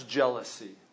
jealousy